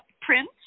print